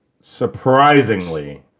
surprisingly